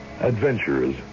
Adventurers